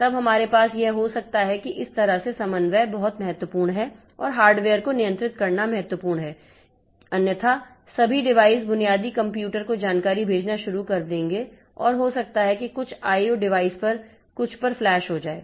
तब हमारे पास यह हो सकता है कि इस तरह से समन्वय बहुत महत्वपूर्ण है और हार्डवेयर को नियंत्रित करना महत्वपूर्ण है क्योंकि अन्यथा सभी डिवाइस बुनियादी कंप्यूटर को जानकारी भेजना शुरू कर देंगे और हो सकता है कि कुछ आईओ डिवाइस पर कुछ पर फ्लैश हो जाए